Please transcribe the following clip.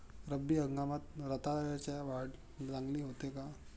रब्बी हंगामात रताळ्याची वाढ चांगली होते का?